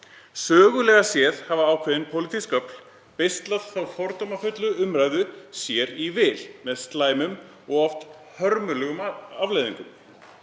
Sögulega séð hafa ákveðin pólitísk öfl beislað fordómafulla umræðu sér í vil með slæmum og oft hörmulegum afleiðingum.